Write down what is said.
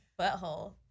butthole